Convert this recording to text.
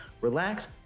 relax